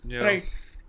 right